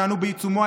שאנחנו בעיצומו,